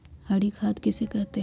हरी खाद किसे कहते हैं?